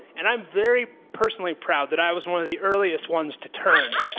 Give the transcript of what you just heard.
and i'm very personally proud that i was one of the earliest ones to turn.